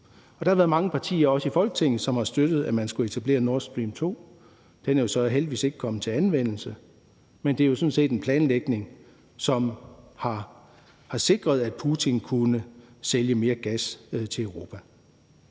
Der har også været mange partier i Folketinget, som har støttet, at man skulle etablere Nord Stream 2. Den er så heldigvis ikke kommet i anvendelse. Men det er jo sådan set en planlægning, som har sikret, at Putin kunne sælge mere gas til Europa.